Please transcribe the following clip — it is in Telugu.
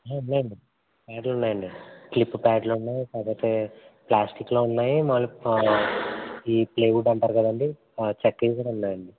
ఉన్నాయండి ప్యాడ్లు ఉన్నాయండి క్లిప్ ప్యాడ్లును కాకపోతే ప్లాస్టిక్లో ఉన్నాయి మామూలుగా ఈ ప్లైవుడ్ అంటారు కదండి ఆ చెక్కవి కూడా ఉన్నాయండి